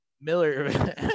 Miller